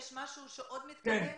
יש משהו שעוד מתקדם?